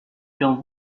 qu’en